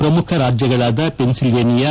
ಪ್ರಮುಖ ರಾಜ್ಯಗಳಾದ ಪೆನ್ಸಿಲ್ವೇನಿಯಾ